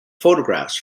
photographs